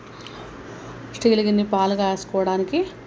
steel గిన్నె పాలు కాచుకోవడానికి